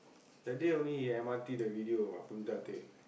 that day only he M_R_T the video